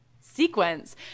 sequence